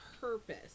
purpose